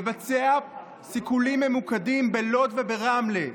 לבצע סיכולים ממוקדים בלוד וברמלה,